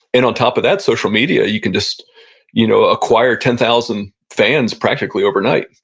and on top of that, social media, you can just you know acquire ten thousand fans practically overnight.